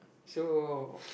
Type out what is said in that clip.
so